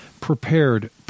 prepared